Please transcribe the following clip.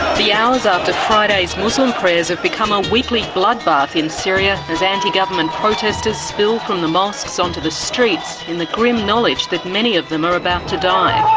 the hours after friday's muslim prayers have become a weekly bloodbath in syria as anti-government protesters spill from the mosques onto the streets in the grim knowledge that many of them are about to die.